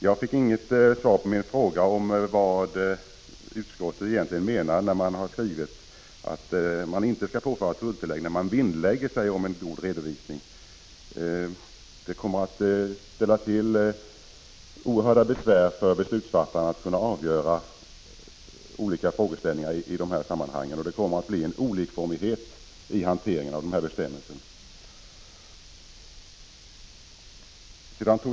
Jag fick inte något svar på min fråga om vad utskottet egentligen menar med skrivningen att tulltillägg inte skall påföras när någon vinnlägger sig om att lämna en god redovisning. De som skall fatta beslut kommer att få oerhört stora besvär att avgöra vilka som skall undantas på den grunden, och det kommer att bli en olikformighet i hanteringen av bestämmelserna.